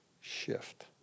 shift